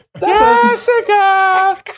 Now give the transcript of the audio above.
Jessica